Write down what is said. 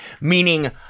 meaning